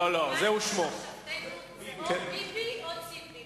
במחשבתנו זה או ביבי או ציפי.